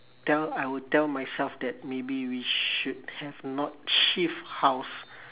tell I will tell myself that maybe we should have not shift house